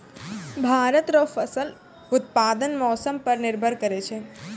भारत रो फसल उत्पादन मौसम पर निर्भर करै छै